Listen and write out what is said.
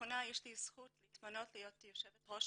ולאחרונה יש לי הזכות להתמנות כיושבת ראש